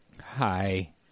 Hi